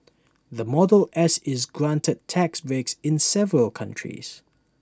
the model S is granted tax breaks in several countries